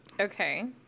Okay